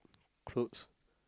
clothes